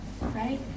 right